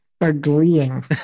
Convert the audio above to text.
agreeing